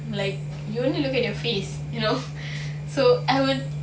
like you only look at their face you know so I would